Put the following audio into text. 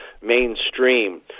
mainstream